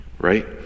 right